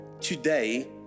today